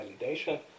validation